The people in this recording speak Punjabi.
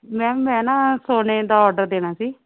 ਮੈਮ ਮੈਂ ਨਾ ਸੋਨੇ ਦਾ ਔਡਰ ਦੇਣਾ ਸੀ